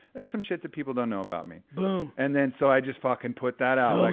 there's some shit that people don't know about me. boom. and then, so i just fucking put that out, like,